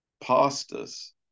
pastors